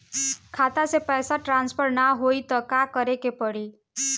खाता से पैसा ट्रासर्फर न होई त का करे के पड़ी?